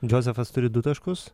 džozefas turi du taškus